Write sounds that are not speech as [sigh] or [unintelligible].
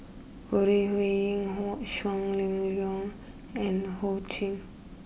Ore Huiying [unintelligible] Shang Liuyun and Ho Ching